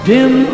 Dim